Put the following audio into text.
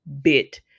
bit